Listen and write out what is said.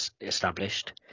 established